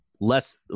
less